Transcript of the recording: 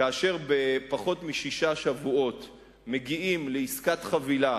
כאשר בפחות משישה שבועות מגיעים לעסקת חבילה